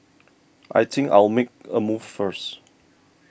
I think I'll make a move first